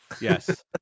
Yes